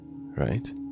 right